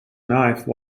knife